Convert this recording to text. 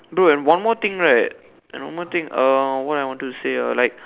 bro and one more thing right one more thing uh what I wanted to say ah like